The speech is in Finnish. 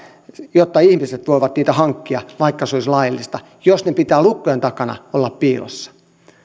jotta ihmiset voivat niitä hankkia vaikka se olisi laillista jos niiden pitää lukkojen takana olla piilossa